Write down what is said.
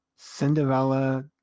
cinderella